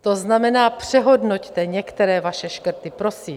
To znamená, přehodnoťte některé vaše škrty, prosím.